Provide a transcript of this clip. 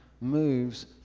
moves